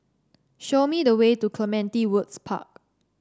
show me the way to Clementi Woods Park